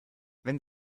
wenn